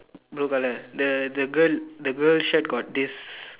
blue color the the girl the girl's shirt got this